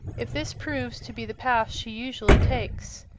if this proves to be the path she usually takes.